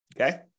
Okay